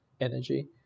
energy